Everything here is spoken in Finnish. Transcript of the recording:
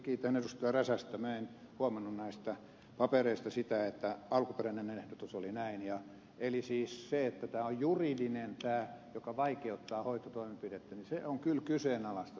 minä en huomannut näistä papereista sitä että alkuperäinen ehdotus oli näin eli siis se että tämä on juridinen tämä joka vaikeuttaa hoitotoimenpidettä on kyllä kyseenalaista suomessa